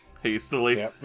hastily